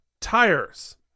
tires